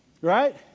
Right